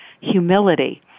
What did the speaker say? humility